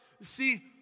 see